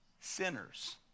sinners